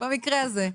במקרה הזה.